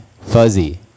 Fuzzy